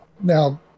now